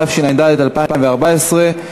התשע"ד 2014,